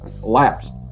collapsed